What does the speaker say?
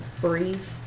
breathe